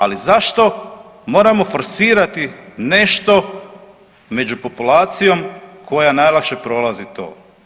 Ali, zašto moramo forsirati nešto među populacijom koja najlakše prolazi to?